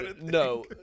No